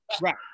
right